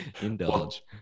Indulge